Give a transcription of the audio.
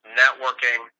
networking